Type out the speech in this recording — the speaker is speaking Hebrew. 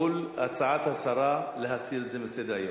מול הצעת השרה להסיר את זה מסדר-היום.